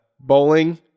bowling